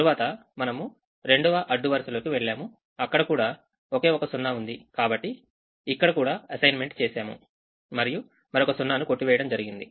తరువాత మనము రెండవ అడ్డు వరుసలోకి వెళ్ళాము అక్కడ కూడా ఒకే ఒక సున్నా ఉంది కాబట్టి ఇక్కడ కూడా అసైన్మెంట్ చేశాము మరియు మరొక సున్నాను కొట్టివేయడం జరిగింది